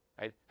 right